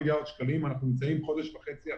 אנחנו נמצאים חודש וחצי אחרי,